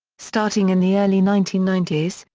starting in the early nineteen ninety s,